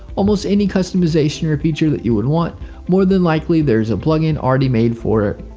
almost any customization or feature that you would want more than likely there is a plugin already made for it.